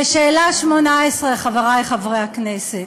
ושאלה 18, חברי חברי הכנסת: